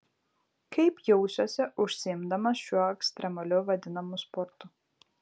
kaip jausiuosi užsiimdamas šiuo ekstremaliu vadinamu sportu